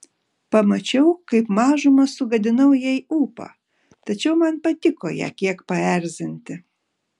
pamačiau kaip mažumą sugadinau jai ūpą tačiau man patiko ją kiek paerzinti